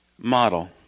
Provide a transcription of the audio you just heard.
model